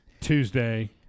Tuesday